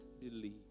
believe